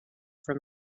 from